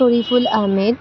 Sarikul Ahmed